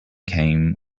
came